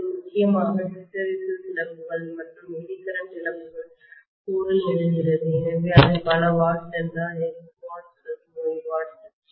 இது முக்கியமாக ஹிஸ்டெரெசிஸ் இழப்புகள் மற்றும் எடி கரண்ட் இழப்புகள் கோரில் நிகழ்கிறது எனவே அது பல வாட்ஸ் என்றால் X வாட்ஸ் அல்லது Y வாட்ஸ்